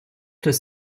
des